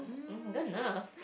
good enough